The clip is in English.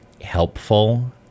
helpful